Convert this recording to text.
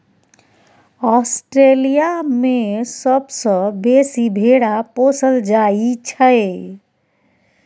Australia मे सबसँ बेसी भेरा पोसल जाइ छै